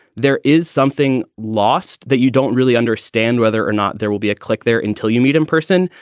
there is something lost that you don't really understand whether or not there will be a click there until you meet in person.